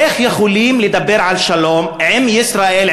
איך יכולים לדבר על שלום עם ישראל,